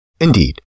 Indeed